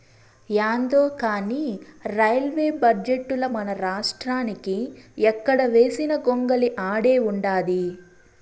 యాందో కానీ రైల్వే బడ్జెటుల మనరాష్ట్రానికి ఎక్కడ వేసిన గొంగలి ఆడే ఉండాది